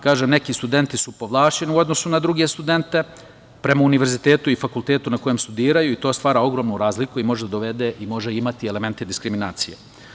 Kaže, neki studenti su povlašćeni u odnosu na druge studente prema univerzitetu i fakultetu na kojem studiraju i to stvara ogromnu razliku i može imati elemente diskriminacije.